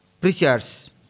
preachers